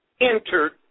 entered